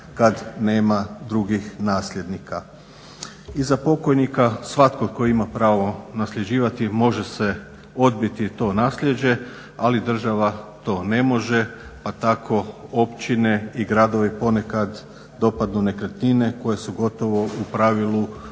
kada nema drugih nasljednika. Iza pokojnika svatko tko ima pravo nasljeđivati može se odbiti to nasljeđe ali država to ne može pa tako općine i gradove ponekad dopadnu nekretnine koje su gotovo u pravilu